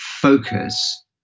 focus